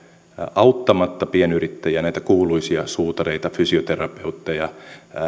auttamatta pienyrittäjiä näitä kuuluisia suutareita fysioterapeutteja